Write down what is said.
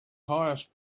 highest